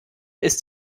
ist